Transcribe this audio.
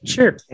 Sure